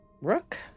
Rook